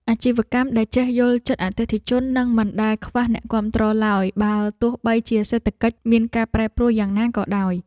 អាជីវកម្មដែលចេះយល់ចិត្តអតិថិជននឹងមិនដែលខ្វះអ្នកគាំទ្រឡើយ បើទោះបីជាសេដ្ឋកិច្ចមានការប្រែប្រួលយ៉ាងណាក៏ដោយ។